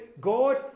God